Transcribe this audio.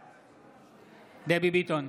בעד דבי ביטון,